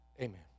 Amen